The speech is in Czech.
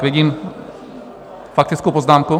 Vidím faktickou poznámku.